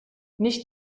nicht